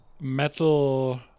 metal